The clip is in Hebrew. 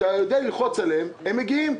כשאתה יודע ללחוץ עליהם הם מגיעים.